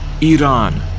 Iran